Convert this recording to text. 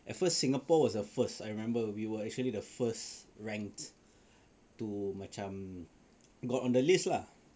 at first Singapore was the first I remember we were actually the first ranked to macam got on the list lah